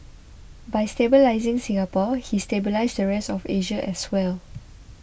by stabilising Singapore he stabilised the rest of Asia as well